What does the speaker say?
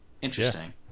Interesting